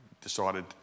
Decided